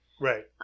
Right